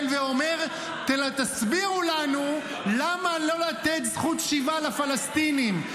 ואומר: תסבירו לנו למה לא לתת זכות שיבה לפלסטינים,